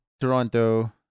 Toronto